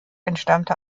entstammte